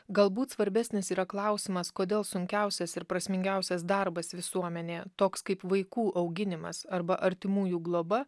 galbūt svarbesnis yra klausimas kodėl sunkiausias ir prasmingiausias darbas visuomenėje toks kaip vaikų auginimas arba artimųjų globa